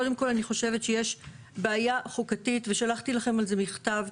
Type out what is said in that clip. קודם כל אני חושבת שיש בעיה חוקתית ושלחתי לכם על זה מכתב,